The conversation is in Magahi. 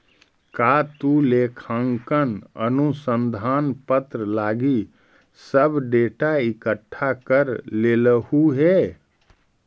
का तु लेखांकन अनुसंधान पत्र लागी सब डेटा इकठ्ठा कर लेलहुं हे?